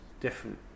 different